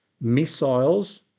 missiles